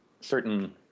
certain